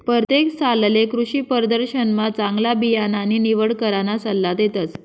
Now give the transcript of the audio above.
परतेक सालले कृषीप्रदर्शनमा चांगला बियाणानी निवड कराना सल्ला देतस